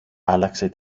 άλλαξε